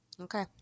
okay